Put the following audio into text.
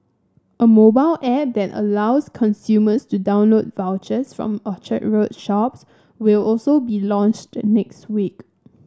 a mobile app that allows consumers to download vouchers from Orchard Road shops will also be launched next week